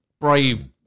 brave